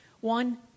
One